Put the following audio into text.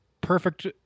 perfect